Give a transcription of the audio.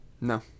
No